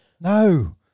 No